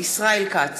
ישראל כץ,